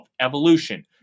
evolution